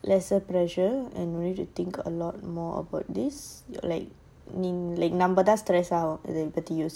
lesser pressure and don't need to think a lot more about this நம்மத்தான்இதபத்தியோசிக்கணும்:namathan idha paththi yosikanum